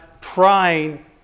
trying